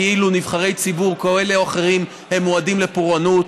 כאילו נבחרי ציבור כאלה או אחרים הם מועדים לפורענות,